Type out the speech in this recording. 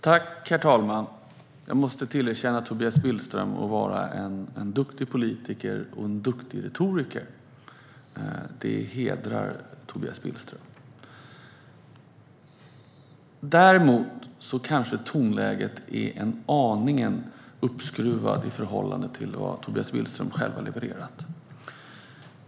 Herr talman! Jag måste tillerkänna Tobias Billström att han är en duktig politiker och en duktig retoriker. Det hedrar Tobias Billström. Däremot kanske tonläget är en aning uppskruvat i förhållande till vad Tobias Billström själv har levererat.